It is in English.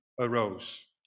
arose